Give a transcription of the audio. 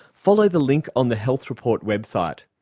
follow the link on the health report website.